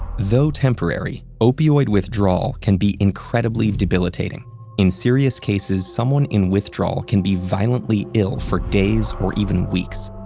though temporary, opioid withdrawal can be incredibly debilitating. in serious cases, someone in withdrawal can be violently ill for days or even weeks.